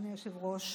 אדוני היושב-ראש,